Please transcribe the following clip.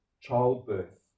childbirth